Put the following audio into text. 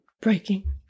breaking